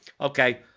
okay